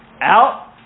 Out